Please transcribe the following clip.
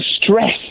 stress